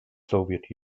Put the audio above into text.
soviet